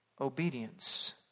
Obedience